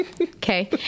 Okay